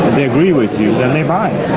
they agree with you, then they buy it.